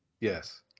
Yes